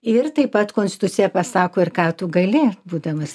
ir taip pat konstitucija pasako ir ką tu gali būdamas